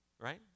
right